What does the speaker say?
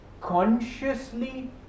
consciously